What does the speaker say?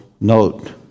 note